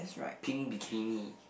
pink bikini